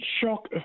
shock